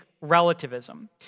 relativism